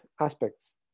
aspects